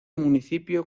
municipio